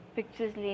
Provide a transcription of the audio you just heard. Pictures